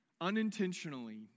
unintentionally